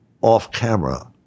off-camera